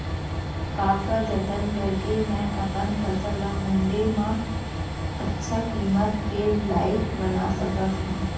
का का जतन करके मैं अपन फसल ला मण्डी मा अच्छा किम्मत के लाइक बना सकत हव?